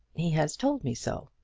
he has told me so.